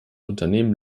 unternehmen